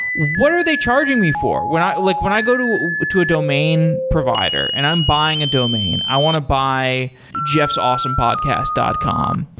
what are they charging me? when i like when i go to to a domain provider and i'm buying a domain. i want to buy jeffsawesomepodcast dot com.